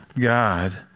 God